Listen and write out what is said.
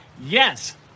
Yes